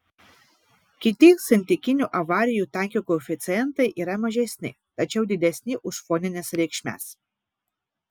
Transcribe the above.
kiti santykinio avarijų tankio koeficientai yra mažesni tačiau didesni už fonines reikšmes